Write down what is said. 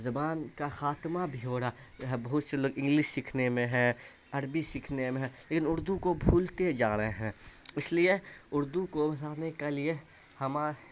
زبان کا خاتمہ بھی ہو رہا ہے بہت سے لوگ انگلش سیکھنے میں ہے عربی سیکھنے میں ہے لیکن اردو کو بھولتے جا رہے ہیں اس لیے اردو کو جانے کے لیے ہما